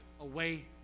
away